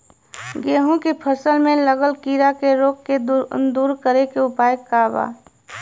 गेहूँ के फसल में लागल कीड़ा के रोग के दूर करे के उपाय का बा?